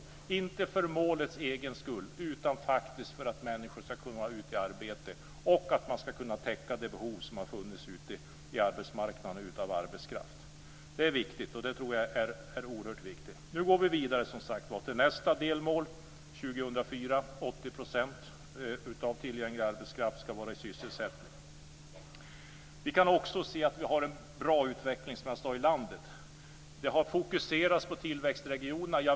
Det är inte för målets egen skull utan faktiskt för att människor ska kunna vara ute i arbete och för att täcka arbetsmarknadens behov av arbetskraft. Det är viktigt. Nu går vi vidare till nästa delmål. År 2004 ska Vi kan också se att vi har en bra utveckling i landet. Den har fokuserats på tillväxtregionerna.